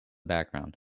background